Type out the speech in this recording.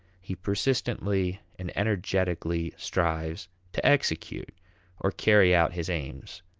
he persistently and energetically strives to execute or carry out his aims.